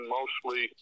mostly